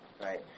right